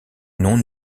non